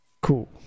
Cool